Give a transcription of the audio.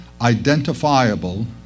identifiable